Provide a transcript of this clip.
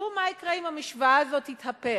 תחשבו מה יקרה אם המשוואה הזאת תתהפך,